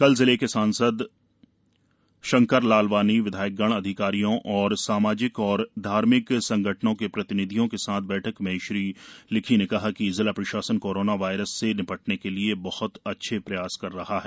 कल जिले के सांसद शंकर लालवानी विधायकगण अधिकारियों और सामजिक व धार्मिक संगठनों के प्रतिनिधियों के साथ बैठक में श्री लिखी ने कहा कि जिला प्रशासन कोरोना वायरस से नि टने के लिये बहत अच्छे प्रयास कर रहा है